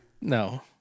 No